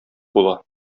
була